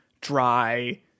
dry